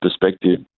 perspective